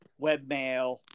webmail